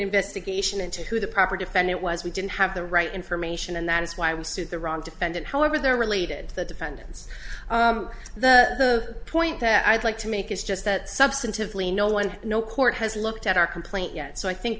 investigation into who the proper defendant was we didn't have the right information and that is why was sued the wrong defendant however they're related to the defendants the point that i'd like to make is just that substantively no one no court has looked at our complaint yet so i think